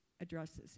addresses